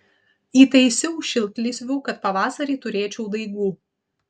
įtaisiau šiltlysvių kad pavasarį turėčiau daigų